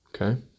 okay